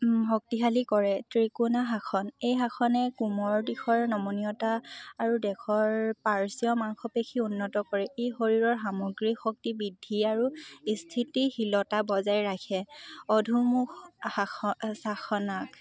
শক্তিশালী কৰে ত্ৰিকোণাসন এই আসনে কোমৰ দিশৰ নমনীয়তা আৰু দেশৰ পাৰ্শ্বীয় মাংসপেশী উন্নত কৰে এই শৰীৰৰ সামগ্ৰীক শক্তি বৃদ্ধি আৰু স্থিতিশীলতা বজাই ৰাখে অৰ্ধকূৰ্মাসন